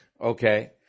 okay